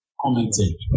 commenting